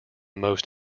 most